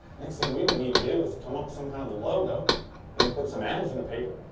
next thing we would need to do is come up with some kind of logo and put some ads in the paper.